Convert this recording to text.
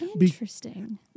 Interesting